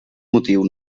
motiu